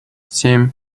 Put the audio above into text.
семь